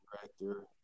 director